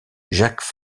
jacques